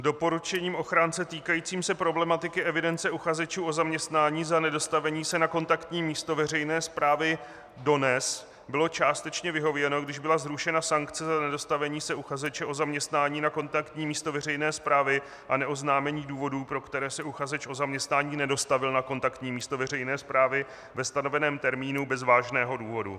Doporučením ochránce týkajícím se problematiky evidence uchazečů o zaměstnání za nedostavení se na kontaktní místo veřejné správy DONEZ bylo částečně vyhověno, když byla zrušena sankce za nedostavení se uchazeče o zaměstnání na kontaktní místo veřejné správy a neoznámení důvodů, pro které se uchazeč o zaměstnání nedostavil na kontaktní místo veřejné správy ve stanoveném termínu bez vážného důvodu.